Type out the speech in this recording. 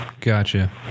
gotcha